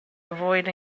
avoid